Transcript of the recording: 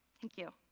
thank you.